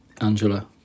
Angela